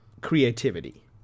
creativity